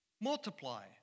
Multiply